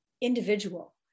individual